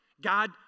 God